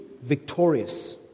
victorious